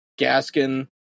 Gaskin